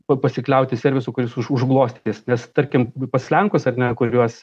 pasikliauti servisu kuris už užglostys nes tarkim pas lenkus ar ne kuriuos